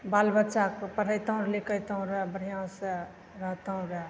बाल बच्चाके पढ़ैतहुँ लिखैतहुँ रऽ बढ़िआँ से रहतहुँ रऽ